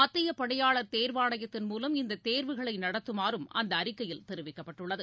மத்திய பணியாளர் தேர்வாணையத்தின் மூலம் இந்த தேர்வுகளை நடத்தமாறும் அந்த அறிக்கையில் தெரிவிக்கப்பட்டுள்ளது